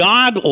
God